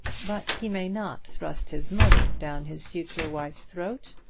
but he may not thrust his mother down his future wife's throat.